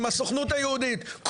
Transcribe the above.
עם הסוכנות היהודית,